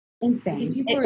Insane